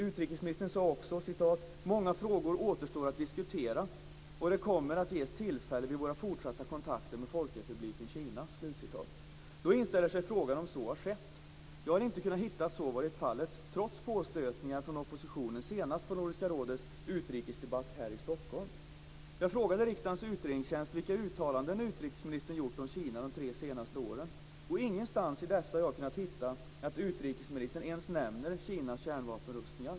Utrikesministern sade också: "Många frågor återstår att diskutera, och det kommer att ges tillfälle vid våra fortsatta kontakter med Folkrepubliken Kina." Då inställer sig frågan om så har skett. Jag har inte kunnat hitta att så har varit fallet, trots påstötningar från oppositionen, senast på Nordiska rådets utrikesdebatt här i Stockholm. Jag frågade Riksdagens utredningstjänst vilka uttalanden utrikesministern hade gjort om Kina under de senaste tre åren, och ingenstans i dessa har jag kunnat hitta att utrikesministern ens nämner Kinas kärnvapenrustningar.